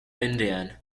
indian